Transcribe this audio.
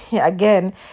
again